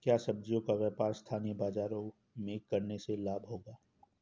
क्या सब्ज़ियों का व्यापार स्थानीय बाज़ारों में करने से लाभ होगा?